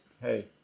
hey